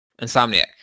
Insomniac